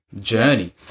journey